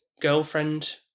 girlfriend